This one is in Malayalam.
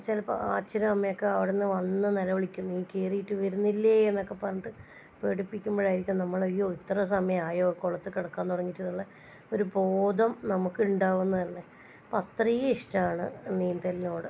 ചിലപ്പോൾ അച്ഛനും അമ്മയും ഒക്കെ അവിടുന്ന് വന്ന് നിലവിളിക്കും നീ കേറിയിട്ട് വരുന്നില്ലേ എന്നൊക്കെ പറഞ്ഞിട്ട് പേടിപ്പിക്കുമ്പോഴായിരിക്കും നമ്മൾ അയ്യോ ഇത്രയും സമയം ആയോ കുളത്തിൽ കിടക്കാൻ തുടങ്ങിയിട്ടെന്നുള്ള ഒരു ബോധം നമുക്കുണ്ടാവുന്നത് തന്നെ അപ്പോൾ അത്രയും ഇഷ്ടമാണ് നീന്തലിനോട്